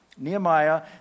Nehemiah